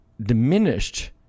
Diminished